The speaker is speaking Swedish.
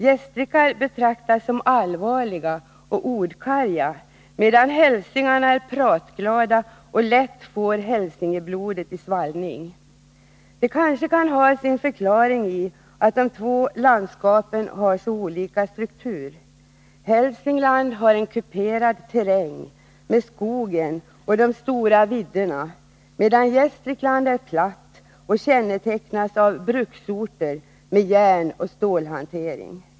Gästrikar betraktas som allvarliga och ordkarga, medan hälsingarna är pratglada och lätt får hälsingeblodet i svallning. Det kanske kan ha sin förklaring i att de två landskapen har så olika struktur. Hälsingland har kuperad terräng, med skogen och de stora vidderna, medan Gästrikland är platt och kännetecknas av bruksorter med järnoch stålhantering.